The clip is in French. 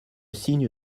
signe